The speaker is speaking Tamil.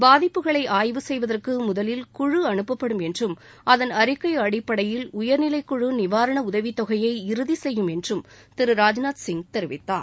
பாதிப்புகளை ஆய்வு செய்வதற்கு முதலில் குழு அனுப்பப்படும் என்றும் அதன் அறிக்கை அடிப்படையில் உயர்நிலைக்குழு நிவாரண உதவித் தொகையை இறுதி செய்யும் என்றும் திரு ராஜ்நாத்சிங் தெரிவித்தார்